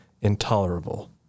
intolerable